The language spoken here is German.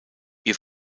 ihr